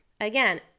Again